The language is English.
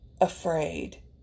afraid